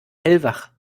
hellwach